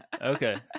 Okay